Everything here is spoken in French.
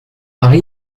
ari